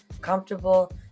comfortable